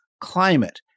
climate